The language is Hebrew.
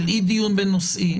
של אי דיון בין-נושאי,